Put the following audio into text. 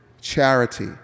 charity